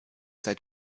seit